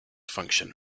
function